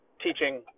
teaching